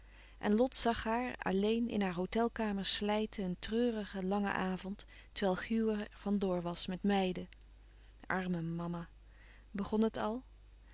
lot zag haar alleen in haar hôtelkamer slijten een treurigen langen avond terwijl hugh er van door was met meiden arme mama begon het al